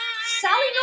Sally